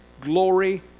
glory